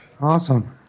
awesome